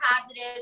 positive